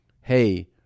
hey